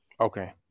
okay